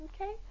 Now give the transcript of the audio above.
okay